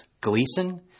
Gleason